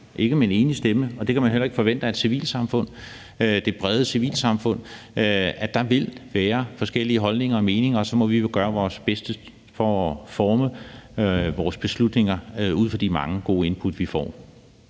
ikke med en enig stemme. Og det kan man heller ikke forvente af det brede civilsamfund; der vil være forskellige holdninger og meninger, og så må vi gøre vores bedste for at forme vores beslutninger ud fra de mange gode input, vi får.